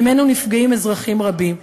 שממנו נפגעים אזרחים רבים,